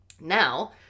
Now